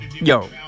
yo